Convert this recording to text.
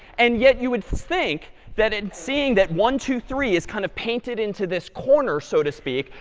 and yet you would think that in seeing that one, two, three is kind of painted into this corner, so to speak,